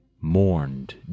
Mourned